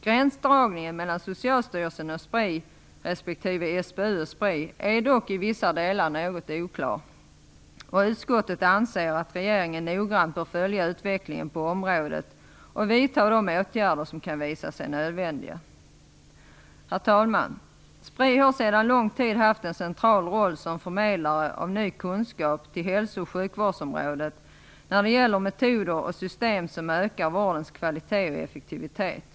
Gränsdragningen mellan Socialstyrelsen och Spri respektive SBU och Spri är dock i vissa delar något oklar. Utskottet anser att regeringen noggrant bör följa utvecklingen på området och vidta de åtgärder som kan visa sig nödvändiga. Herr talman! Spri har sedan lång tid haft en central roll som förmedlare av ny kunskap till hälso och sjukvårdsområdet när det gäller metoder och system som ökar vårdens kvalitet och effektivitet.